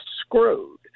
screwed